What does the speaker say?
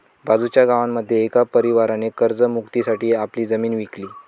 बाजूच्या गावामध्ये एका परिवाराने कर्ज मुक्ती साठी आपली जमीन विकली